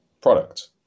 product